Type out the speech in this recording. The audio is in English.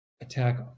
attack